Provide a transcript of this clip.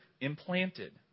implanted